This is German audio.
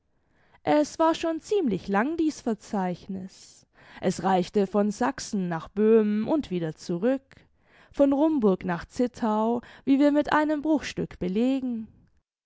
es war schon ziemlich lang dieß verzeichniß es reichte von sachsen nach böhmen und wieder zurück von rumburg nach zittau wie wir mit einem bruchstück belegen